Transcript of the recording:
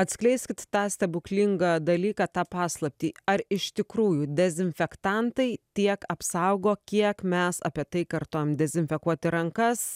atskleiskit tą stebuklingą dalyką tą paslaptį ar iš tikrųjų dezinfektantai tiek apsaugo kiek mes apie tai kartojam dezinfekuoti rankas